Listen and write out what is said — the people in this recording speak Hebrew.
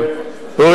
דב חנין,